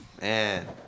Man